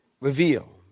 reveal